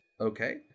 Okay